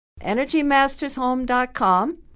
Energymastershome.com